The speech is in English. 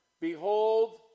Behold